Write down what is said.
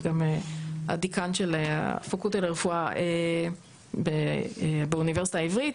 גם הדיקן של הפקולטה לרפואה באוניברסיטה העברית,